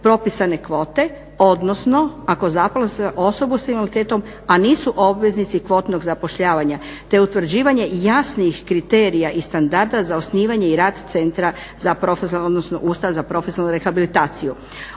propisane kvote odnosno ako zaposle osobe s invaliditetom a nisu obveznici kvotnog zapošljavanja, te utvrđivanje i jasnijih kriterija i standarda za osnivanje i rad centra za profesionalnu, odnosno Ustav za profesionalnu rehabilitaciju.